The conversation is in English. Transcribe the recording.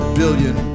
billion